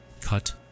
Cut